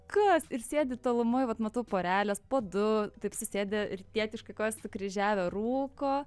kas ir sėdi tolumoj vat matau porelės po du taip susėdę rytietiškai sukryžiavę rūko